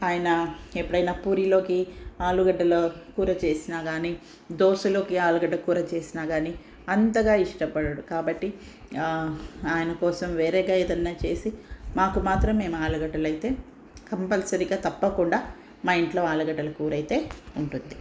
ఆయన ఎప్పుడైనా పూరిలోకి ఆలుగడ్డల కూర చేసినా కానీ దోశలోకి ఆలుగడ్డ కూర చేసిన కానీ అంతగా ఇష్టపడరు కాబట్టి ఆయన కోసం వేరేగా ఏదన్న చేసి మాకు మాత్రం మేము ఆలుగడ్డలయితే కంపల్సరీగా తప్పకుండా మా ఇంట్లో ఆలగడ్డల కూరయితే ఉంటుంది